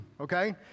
okay